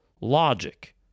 logic